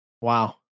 Wow